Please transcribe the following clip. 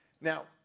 Now